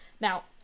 now